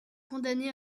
condamné